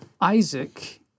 Isaac